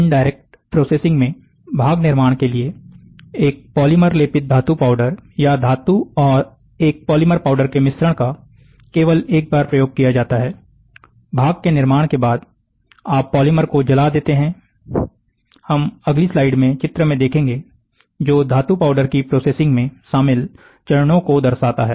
indirect processing में भाग निर्माण के लिए एक पॉलीमर लेपित धातु पाउडर या धातु और एक पॉलीमर पाउडर के मिश्रण का केवल एक बार प्रयोग किया जाता है भाग के निर्माण के बाद आप पॉलीमर को जला देते हैं हम अगली स्लाइड में चित्र में देखेंगे जो धातु पाउडर की प्रोसेसिंग में शामिल चरणों को दर्शाता है